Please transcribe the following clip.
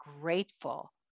grateful